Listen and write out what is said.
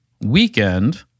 weekend